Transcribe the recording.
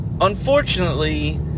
unfortunately